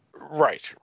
Right